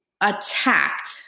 attacked